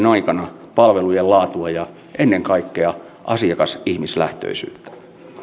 aikana palvelujen laatua ja ennen kaikkea asiakas ja ihmislähtöisyyttä